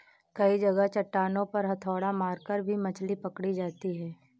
कई जगह चट्टानों पर हथौड़ा मारकर भी मछली पकड़ी जाती है